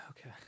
Okay